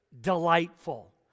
delightful